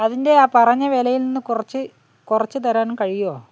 അതിൻ്റെ ആ പറഞ്ഞ വിലയിൽ നിന്ന് കുറച്ച് കുറച്ച് തരാനും കഴിയുമോ